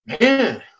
man